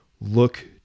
look